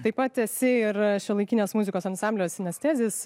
taip pat esi ir šiuolaikinės muzikos ansamblio sinestezijos